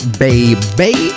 baby